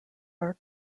arc